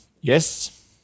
Yes